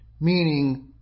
meaning